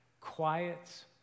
quiets